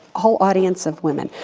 whole audience of women,